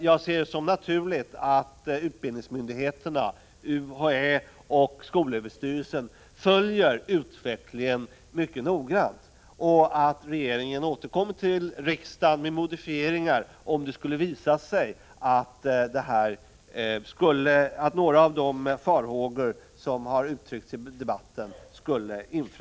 Jag ser det som naturligt att utbildningsmyndigheterna, UHÄ och skolöverstyrelsen, följer utvecklingen mycket noggrant och att regeringen återkommer till riksdagen med modifieringar, om det skulle visa sig att några av de farhågor som uttryckts i debatten besannas.